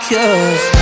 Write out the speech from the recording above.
Cause